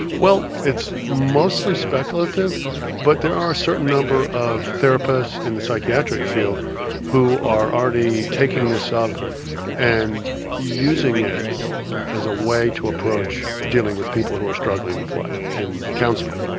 well it's mostly speculative but there are a certain number of therapists in the psychiatric field who are already taking this up and using it as a way to approach dealing with people who are struggling with life in counselling.